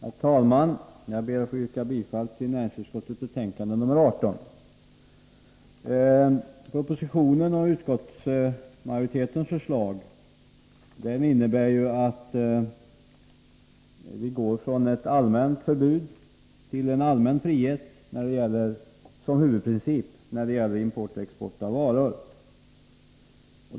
Herr talman! Jag ber att få yrka bifall till hemställan i näringsutskottets betänkande nr 18. Oppositionen och utskottsmajoritetens förslag innebär att vi går från ett allmänt förbud till en allmän frihet som huvudprincip när det gäller import och export av varor.